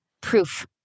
Proof